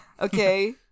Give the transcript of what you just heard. okay